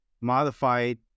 modified